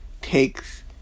takes